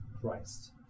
Christ